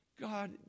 God